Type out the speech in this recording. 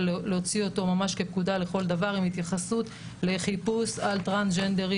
להוציא אותו ממש כפקודה לכל דבר עם התייחסות לחיפוש על טרנסג'נדרים.